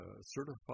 certified